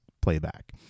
playback